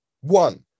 one